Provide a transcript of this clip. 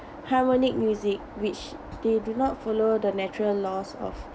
harmonic music which they do not follow the natural laws of